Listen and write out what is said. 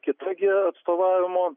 kita gi atstovavimo